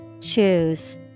Choose